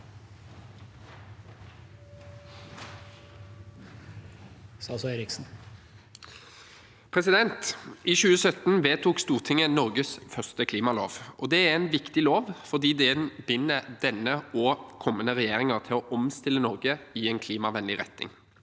I 2017 vedtok Stortinget Norges første klimalov. Det er en viktig lov fordi den binder denne og kommende regjeringer til å omstille Norge i en klimavennlig retning.